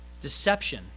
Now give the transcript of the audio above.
Deception